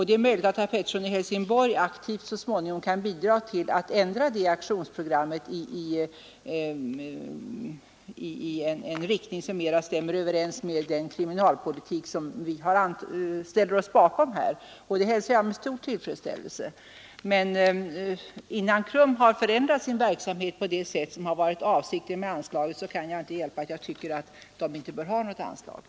Det är möjligt att herr Pettersson i Helsingborg så småningom aktivt kan bidra till att ändra det aktionsprogrammet i en riktning som mera stämmer överens med den kriminalpolitik som vi här ställer oss bakom, något som jag i så fall hälsar med stor tillfredsställelse. Till dess KRUM förändrat sin verksamhet till vad som varit avsikten med anslaget bör något sådant inte utgå.